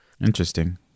Interesting